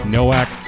Nowak